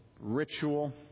ritual